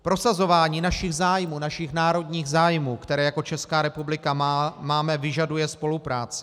Prosazování našich zájmů, našich národních zájmů, které jako Česká republika máme, vyžaduje spolupráci.